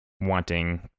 wanting